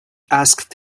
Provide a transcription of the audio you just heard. asked